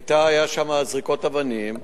היו שם זריקות אבנים,